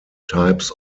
types